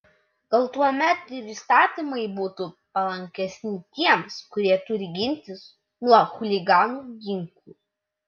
gal tuomet ir įstatymai būtų palankesni tiems kurie turi gintis nuo chuliganų ginklu